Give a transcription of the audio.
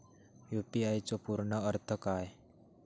UPI चो पूर्ण अर्थ काय?